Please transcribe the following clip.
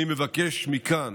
אני מבקש מכאן